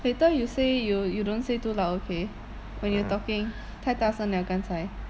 later you say you you don't say too loud okay when you're talking 太大声了刚才